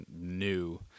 new